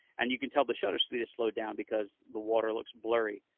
and you can tell the shutter speed is slowed down because the water looks blurry.